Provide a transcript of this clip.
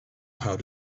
how